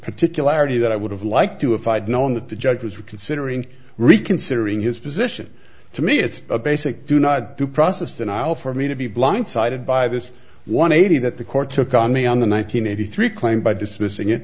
particularity that i would have liked to if i'd known that the judge was considering reconsidering his position to me it's a basic do not due process and i'll for me to be blindsided by this one eighty that the court took on me on the one nine hundred eighty three claim by dismissing it